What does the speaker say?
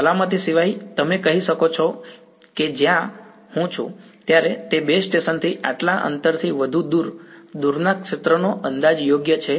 સલામતી સિવાય તમે કહી શકો છો કે જ્યા હું છું ત્યારે તે બેઝ સ્ટેશનથી આટલા અંતરથી વધુ દૂર દૂરના ક્ષેત્રનો અંદાજ યોગ્ય છે